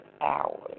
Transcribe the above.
hours